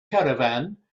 caravan